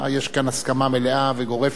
יש כאן הסכמה מלאה וגורפת.